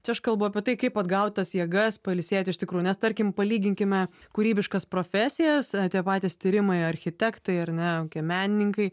čia aš kalbu apie tai kaip atgaut tas jėgas pailsėt iš tikrųjų nes tarkim palyginkime kūrybiškas profesijas tie patys tyrimai architektai ar ne menininkai